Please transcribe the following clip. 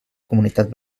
comunitat